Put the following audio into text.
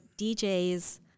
DJs